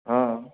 ହଁ